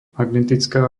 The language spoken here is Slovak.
magnetická